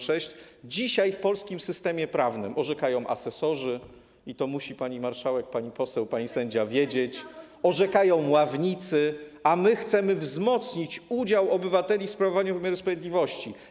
Dzisiaj w polskim systemie prawnym orzekają asesorzy, i to musi pani marszałek, pani poseł, pani sędzia wiedzieć, orzekają ławnicy, a my chcemy wzmocnić udział obywateli w sprawowaniu wymiaru sprawiedliwości.